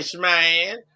man